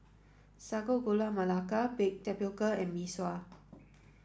Sago Gula Melaka Baked Tapioca and Mee Sua